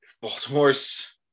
Baltimore's –